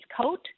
coat